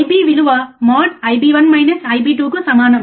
Ib విలువ mode కు సమానం